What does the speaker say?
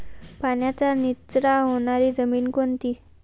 पाण्याचा निचरा होणारी जमीन कोणती?